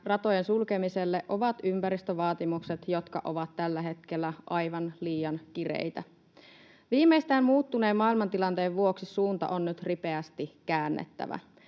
ratojen sulkemiselle ovat ympäristövaatimukset, jotka ovat tällä hetkellä aivan liian kireitä. Viimeistään muuttuneen maailmantilanteen vuoksi suunta on nyt ripeästi käännettävä.